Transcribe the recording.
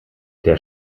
der